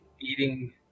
eating